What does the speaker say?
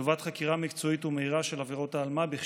לטובת חקירה מקצועית ומהירה של עבירות האלימות במשפחה